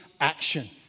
action